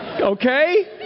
Okay